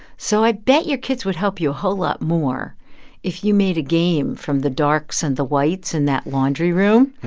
so i bet your kids would help you a whole lot more if you made a game from the darks and the whites in that laundry room,